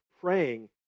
praying